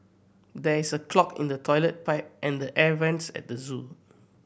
there is a clog in the toilet pipe and the air vents at the zoo